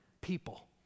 people